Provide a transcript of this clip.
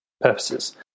purposes